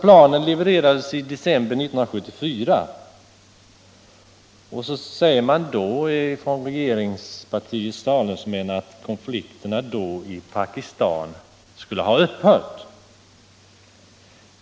Dessa plan levererades i december 1974. Regeringspartiets talesmän säger att konflikterna i Pakistan då skulle ha upphört.